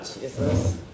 Jesus